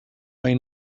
may